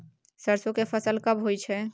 सरसो के फसल कब होय छै?